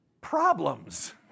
problems